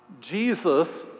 Jesus